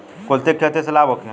कुलथी के खेती से लाभ होखे?